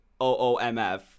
OOMF